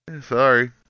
sorry